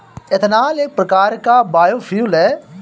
ethanol एक प्रकार का बायोफ्यूल है